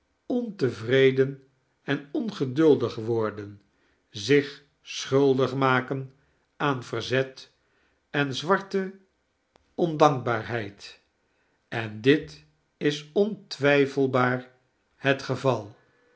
ontevreden en ongeduidig worden zich schuli dig maken aan verzet en zwarte ondankbaarheid en dit is ontwijfell ia r jiet geval